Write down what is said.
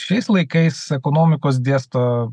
šiais laikais ekonomikos dėsto